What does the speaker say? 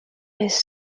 his